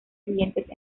clientes